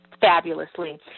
fabulously